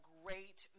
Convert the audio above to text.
great